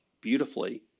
beautifully